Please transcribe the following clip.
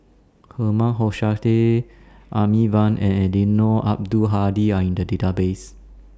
Herman Hochstadt Amy Van and Eddino Abdul Hadi Are in The Database